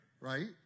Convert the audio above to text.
Right